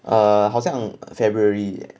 err 好像 february